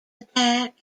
attack